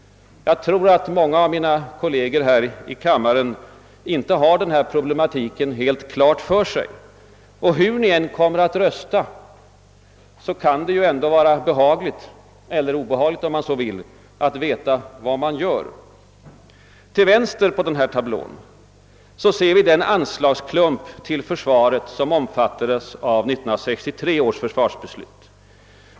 Jag tror att många av mina kolleger här i kammaren inte har denna problematik helt klar för sig, och hur de än kommer att rösta kan det ändå vara behagligt — eller obehagligt, om man så vill — att veta vad man gör. Till vänster på tablån ser vi den anslagsklump till försvaret som omfattades av 1963 års försvarsbeslut.